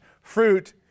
fruit